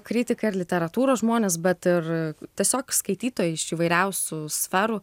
kritika ir literatūros žmonės bet ir tiesiog skaitytojai iš įvairiausių sferų